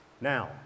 Now